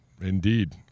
indeed